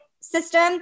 system